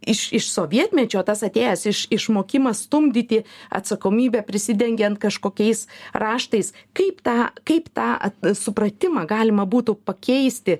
iš iš sovietmečio tas atėjęs iš išmokimas stumdyti atsakomybę prisidengiant kažkokiais raštais kaip tą kaip tą supratimą galima būtų pakeisti